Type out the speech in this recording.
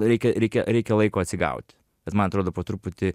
reikia reikia reikia laiko atsigauti bet man atrodo po truputį